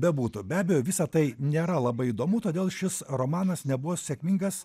bebūtų be abejo visa tai nėra labai įdomu todėl šis romanas nebuvo sėkmingas